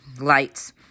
lights